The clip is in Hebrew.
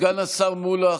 סגן השר מולא,